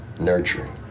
nurturing